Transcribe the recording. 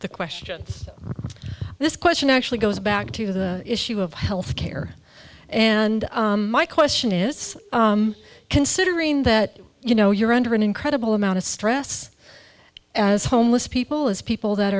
question this question actually goes back to the issue of health care and my question is considering that you know you're under an incredible amount of stress as homeless people as people that